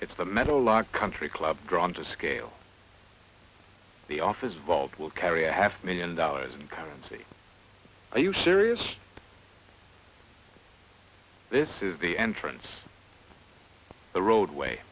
it's the meadowlark country club drawn to scale the office vault will carry a half million dollars in currency are you serious this is the entrance of the roadway